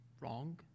wrong